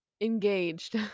engaged